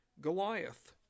Goliath